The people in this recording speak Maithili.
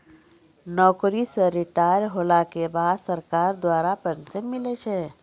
नौकरी से रिटायर होला के बाद सरकार द्वारा पेंशन मिलै छै